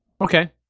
Okay